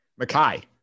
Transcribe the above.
Makai